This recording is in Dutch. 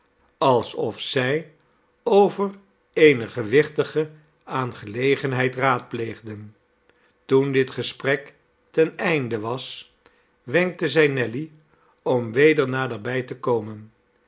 alsof zij over eene gewichtige aangelegenheid raadpleegden toen dit gesprek ten einde was wenkte zij nelly om weder naderbij te komen